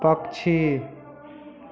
पक्षी